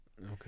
Okay